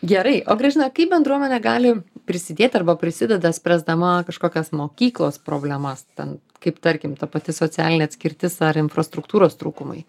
gerai o gražina kaip bendruomenė gali prisidėt arba prisideda spręsdama kažkokias mokyklos problemas ten kaip tarkim ta pati socialinė atskirtis ar infrastruktūros trūkumai